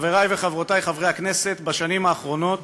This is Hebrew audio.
חברי וחברותי חברי הכנסת, בשנים האחרונות